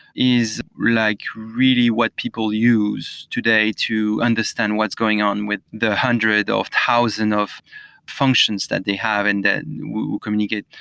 is like really what people use today to understand what's going on with the hundreds of thousands of functions that they have and communicate.